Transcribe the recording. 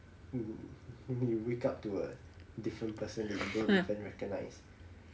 when you wake up to a different person that you don't even recognise